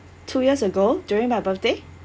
two years ago during my birthday